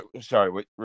Sorry